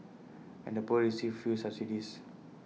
and the poor received few subsidies